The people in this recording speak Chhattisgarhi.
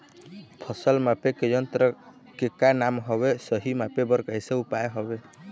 फसल मापे के यन्त्र के का नाम हवे, सही मापे बार कैसे उपाय हवे?